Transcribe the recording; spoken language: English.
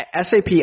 SAP